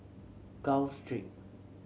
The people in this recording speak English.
Gul Street